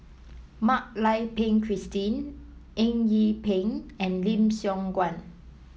Mak Lai Peng Christine Eng Yee Peng and Lim Siong Guan